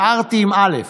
הארתי, עם אל"ף.